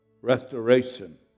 Restoration